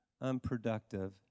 unproductive